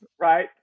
right